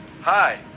Hi